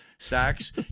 sacks